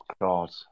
God